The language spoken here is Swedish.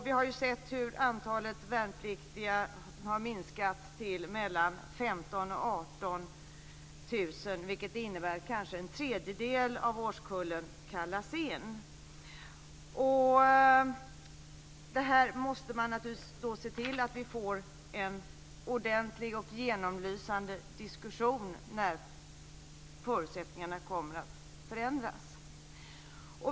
Vi har ju sett hur antalet värnpliktiga har minskat till mellan 15 000 och 18 000, vilket innebär att kanske en tredjedel av årskullen kallas in. Man måste naturligtvis se till att vi får en ordentlig och genomlysande diskussion när förutsättningarna kommer att förändras.